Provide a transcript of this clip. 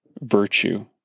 virtue